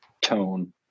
tone